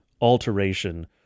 alteration